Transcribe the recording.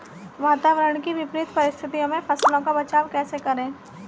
वातावरण की विपरीत परिस्थितियों में फसलों का बचाव कैसे करें?